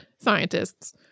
scientists